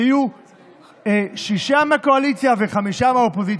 שיהיו שישה מהקואליציה וחמישה מהאופוזיציה.